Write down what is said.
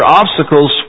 obstacles